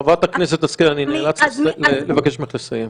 חברת הכנסת השכל, אני נאלץ לבקש ממך לסיים.